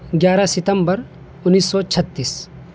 گیارہ ستمبر انیس سو چھتیس